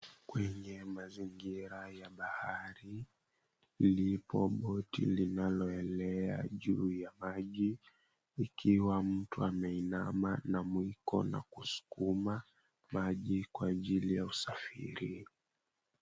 Kwenye mazingira ya bahari lipo boti linaloelea juu ya maji ikiwa mtu ameinama na mwiko na kuskuma maji kwa akili ya usafiri.